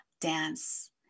dance